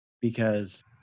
because-